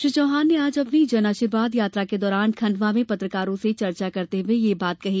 श्री चौहान ने आज अपनी जन आशीर्वाद यात्रा के दौरान खंडवा में पत्रकारों से चर्चा करते हुए यह बात कही